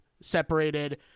separated